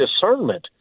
discernment